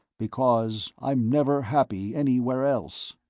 because i'm never happy anywhere else.